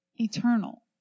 Eternal